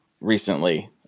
recently